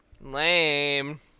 Lame